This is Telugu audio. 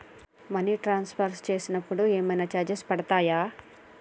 మనీ ట్రాన్స్ఫర్ చేసినప్పుడు ఏమైనా చార్జెస్ పడతయా?